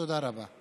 תודה רבה.